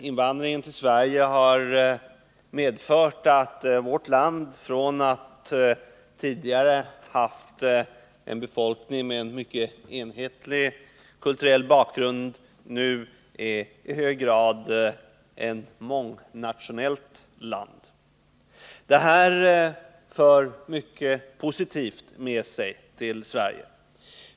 Invandringen till Sverige har medfört att landet från att tidigare ha haft en befolkning med mycket enhetlig kulturell bakgrund nu i hög grad är ett mångnationellt land. Det här för mycket positivt med sig för Sveriges del.